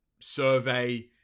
survey